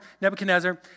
Nebuchadnezzar